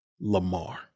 Lamar